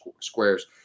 squares